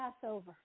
Passover